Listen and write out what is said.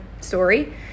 story